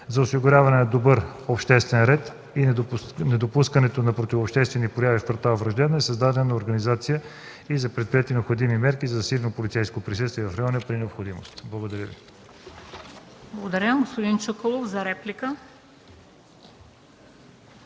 За осигуряване на добър обществен ред и недопускането на противообществени прояви в квартал „Враждебна” е създадена организация и са предприети необходими мерки за засилено полицейско присъствие в района при необходимост. Благодаря. ПРЕДСЕДАТЕЛ МЕНДА СТОЯНОВА: Благодаря. Господин Чуколов – за реплика.